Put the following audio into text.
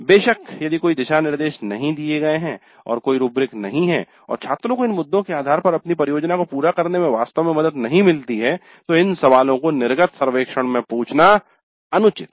बेशक यदि कोई दिशा निर्देश नहीं दिए गए हैं और कोई रूब्रिक नहीं है और छात्रों को इन मुद्दों के आधार पर अपनी परियोजना को पूरा करने में वास्तव में मदद नहीं मिलती है तो इन सवालों को निर्गत सर्वेक्षण में पूछना अनुचित है